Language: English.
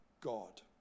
God